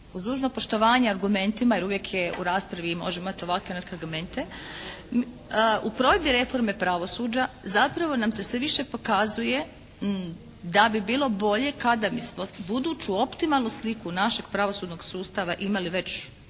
Uz dužno poštovanje argumentima jer uvijek u raspravi možemo imati ovakve i onakve argumente, u provedbi reforme pravosuđa zapravo nam se sve više pokazuje da bi bilo bolje kada bismo buduću optimalnu sliku našeg pravosudnog sustava imali već